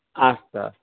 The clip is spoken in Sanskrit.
अस्तु अस्तु